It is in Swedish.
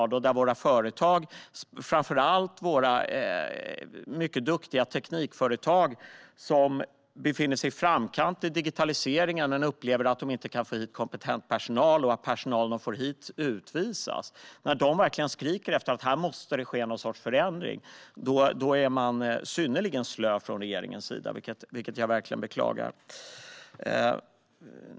Det påverkar våra företag, framför allt våra mycket duktiga teknikföretag som befinner sig i framkant med digitaliseringen men upplever att de inte kan få hit kompetent personal och att personalen de får hit utvisas. När de verkligen skriker efter att det ska ske någon sorts förändring är man synnerligen slö från regeringens sida, vilket jag verkligen beklagar.